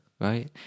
right